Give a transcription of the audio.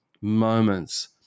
moments